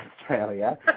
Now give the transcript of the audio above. Australia